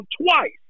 twice